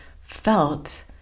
felt